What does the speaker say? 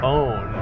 own